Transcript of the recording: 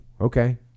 okay